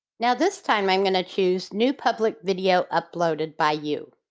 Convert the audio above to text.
now this time i'm going to choose new public video uploaded by you.